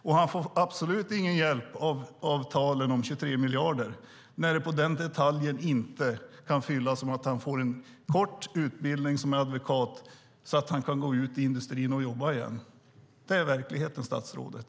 Och han får absolut ingen hjälp av talet om 23 miljarder, när det inte kan ordnas så att han får en kort utbildning som är adekvat, så att han kan gå ut i industrin och jobba igen. Det är verkligheten, statsrådet.